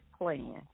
plan